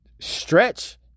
stretch